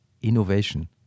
innovation